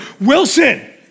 Wilson